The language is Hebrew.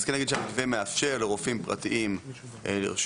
אז כן נגיד זה מאפשר לרופאים פרטיים לרשום,